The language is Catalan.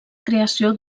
creació